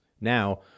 now